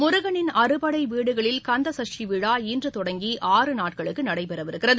முருகனின் அறுபடைவீடுகளில் கந்தகஷ்டி விழா இன்றுதொடங்கி ஆறு நாட்களுக்குநடைபெறவிருக்கிறது